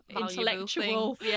intellectual